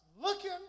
looking